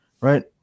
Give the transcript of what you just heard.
Right